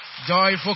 Joyful